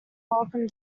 welcome